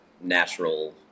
natural